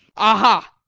aha!